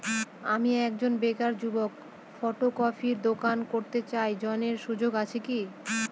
আমি একজন বেকার যুবক ফটোকপির দোকান করতে চাই ঋণের সুযোগ আছে কি?